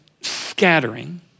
scattering